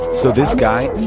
so this guy,